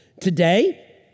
Today